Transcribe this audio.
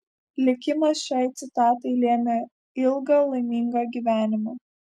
likimas šiai citatai lėmė ilgą laimingą gyvenimą